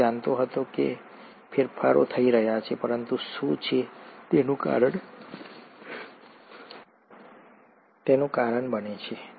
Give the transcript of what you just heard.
તે જાણતો હતો કે ફેરફારો થઈ રહ્યા છે પરંતુ શું છે તેનું કારણ બને છે